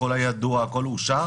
הכול היה ידוע ואושר